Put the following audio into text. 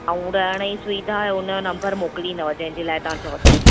ऐं रहण जी सुविधा आहे हुनजो नंबर मोकिलींदव जंहिंजे लाइ तव्हां चओ था